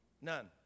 None